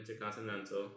intercontinental